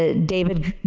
ah david,